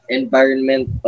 environment